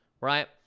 right